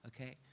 Okay